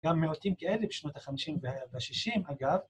‫גם מיעוטים כאלה בשנות ה-50 וה-60, אגב.